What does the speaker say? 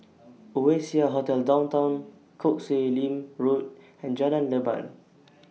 Oasia Hotel Downtown Koh Sek Lim Road and Jalan Leban